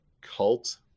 cult